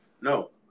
No